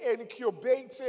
incubating